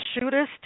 Shootist